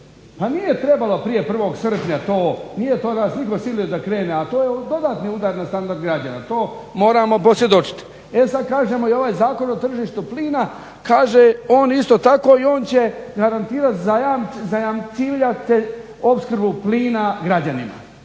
Pa nije trebalo prije 1. srpnja to, nije to nas nitko silio da krene, a to je još dodatni udar na standard građana, to moramo posvjedočiti. E sad, kažemo i ovaj Zakon o tržištu plina kaže on isto tako i on će garantirati zajamčivati opskrbu plina građanima.